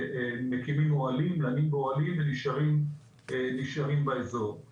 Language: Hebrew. שמקימים אוהלים, לנים באוהלים ונשארים באזור.